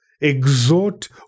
exhort